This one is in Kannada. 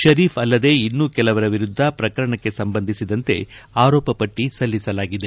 ಶರೀಫ್ ಅಲ್ಲದೆ ಇನ್ನೂ ಕೆಲವರ ವಿರುದ್ದ ಪ್ರಕರಣಕ್ಕೆ ಸಂಬಂಧಿಸಿದಂತೆ ಆರೋಪ ಪಟ್ಟ ಸಲ್ಲಿಸಲಾಗಿದೆ